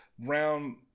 round